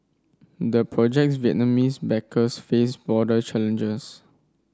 the project's Vietnamese backers face broader challenges